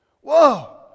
Whoa